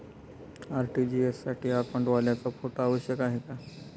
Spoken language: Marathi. आर.टी.जी.एस साठी अकाउंटवाल्याचा फोटो आवश्यक आहे का?